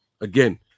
Again